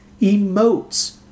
emotes